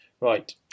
Right